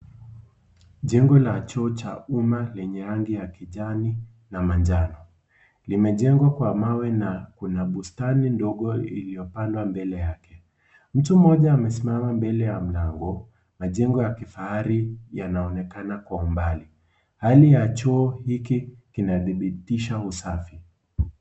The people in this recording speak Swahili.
Jengo la Choo cha umma lenye rangi ya kijani na manjano. Limejengwa kwa mawe na kuna bustani ndogo iliyopandwa mbele yake. Mtu mmoja amesimama mbele ya mlango na majengo ya kifahari yanaonekana kwa umbali. Hali ya Choo hiki kinadhibithisha usafi.